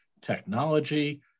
technology